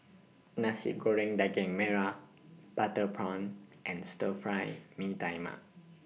Nasi Goreng Daging Merah Butter Prawn and Stir Fry Mee Tai Mak